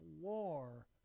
war